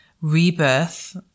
rebirth